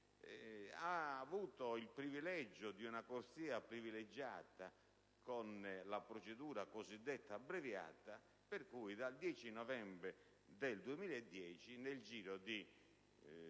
ha avuto il privilegio di una corsia privilegiata, con la procedura cosiddetta abbreviata, per cui, dal 18 novembre 2010, nell'arco di